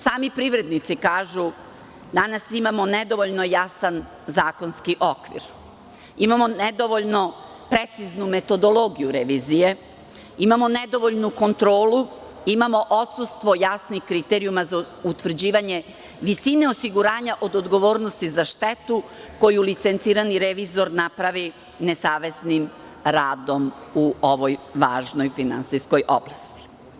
Sami privrednici kažu – danas imamo nedovoljno jasan zakonski okvir, imamo nedovoljno preciznu metodologiju revizije, imamo nedovoljnu kontrolu, imamo odsustvo jasnih kriterijuma za utvrđivanje visine osiguranja od odgovornosti za štetu koju licencirani revizor napravi nesavesnim radom u ovoj važnoj finansijskoj oblasti.